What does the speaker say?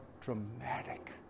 dramatic